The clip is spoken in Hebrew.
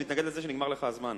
אני מתנגד משום שנגמר לך הזמן.